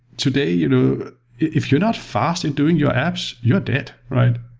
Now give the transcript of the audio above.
today, you know if you're not fastly doing your apps, you're dead.